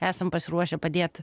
esam pasiruošę padėt